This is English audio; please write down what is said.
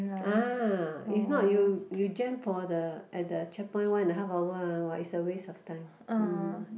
uh if not you you jam for the at the checkpoint one and a half hour ah !wah! is a waste of time um